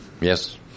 Yes